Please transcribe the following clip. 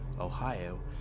Ohio